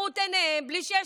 בלי שיש שומרי סף.